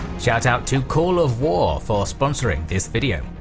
shoutout to call of war for sponsoring this video!